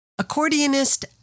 Accordionist